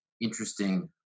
interesting